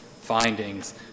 findings